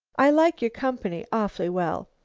i like your company awfully well,